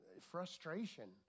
frustration